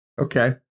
Okay